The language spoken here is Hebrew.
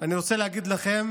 אני רוצה להגיד לכם